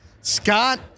Scott